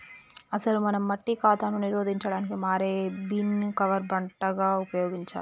అసలు మనం మట్టి కాతాను నిరోధించడానికి మారే బీన్ ను కవర్ పంటగా ఉపయోగించాలి